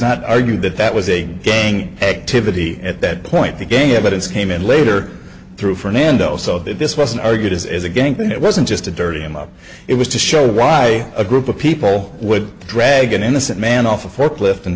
not argued that that was a gang activity at that point again evidence came in later through fernando so that this wasn't argued is a gang thing it wasn't just a dirty him up it was to show why a group of people would drag an innocent man off a forklift and